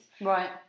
right